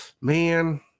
man